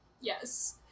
yes